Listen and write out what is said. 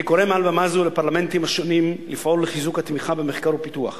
אני קורא מעל במה זו לפרלמנטים השונים לפעול לחיזוק התמיכה במחקר ופיתוח